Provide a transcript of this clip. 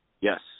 yes